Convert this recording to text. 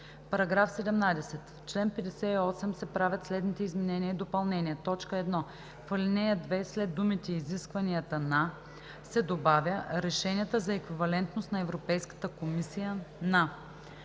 § 17: „§ 17. В чл. 58 се правят следните изменения и допълнения: 1. В ал. 2 след думите „изискванията на“ се добавя „решенията за еквивалентност на Европейската комисия,